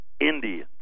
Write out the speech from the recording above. Indians